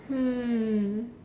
hmm